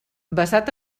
basat